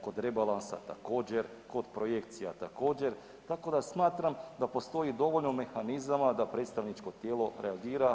Kod rebalansa također, kod projekcija također tako da smatram da postoji dovoljno mehanizama da predstavničko tijelo reagira.